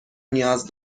نیاز